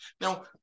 Now